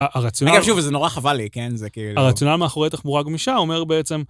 רגע, שוב, זה נורא חבל לי, כן? זה כאילו... הרציונל מאחורי תחבורה גמישה אומר בעצם...